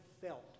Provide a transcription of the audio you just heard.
felt